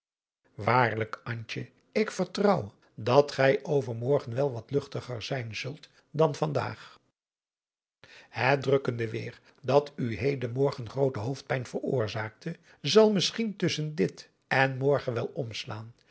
antje ik vertrouw dat gij overmorgen wel wat luchtiger zijn zult dan van daag het drukkende weêr dat u heden morgen groote hoofdpijn veroorzaakte zal mischien tusschen dit en morgen wel omslaan